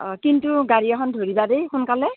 অ কিন্তু গাড়ী এখন ধৰিবা দেই সোনকালে